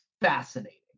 fascinating